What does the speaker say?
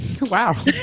Wow